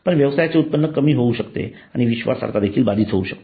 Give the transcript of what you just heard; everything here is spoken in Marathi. यामुळे व्यवसायाचे उत्पन्न कमी होवू शकते आणि विश्वासार्हता देखील बाधित होऊ शकते